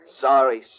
Sorry